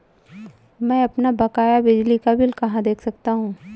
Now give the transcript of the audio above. मैं अपना बकाया बिजली का बिल कहाँ से देख सकता हूँ?